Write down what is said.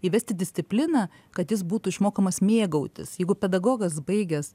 įvesti discipliną kad jis būtų išmokomas mėgautis jeigu pedagogas baigęs